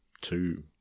two